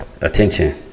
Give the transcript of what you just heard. attention